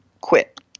quit